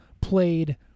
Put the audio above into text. played